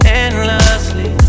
endlessly